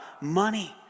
money